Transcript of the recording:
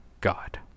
God